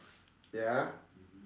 ya